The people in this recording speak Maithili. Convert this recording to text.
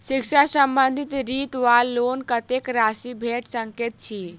शिक्षा संबंधित ऋण वा लोन कत्तेक राशि भेट सकैत अछि?